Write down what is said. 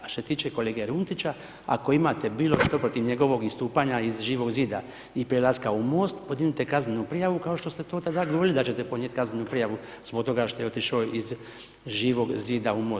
A što se tiče kolege Runtića, ako imate bilo što protiv njegovog istupanja iz Živog zida, i prelaska u MOST, podignite kaznenu prijavu, kao što ste to tada govorili da će te podnijet kaznenu prijavu zbog toga što je otišao iz Živog zid-a, u MOST.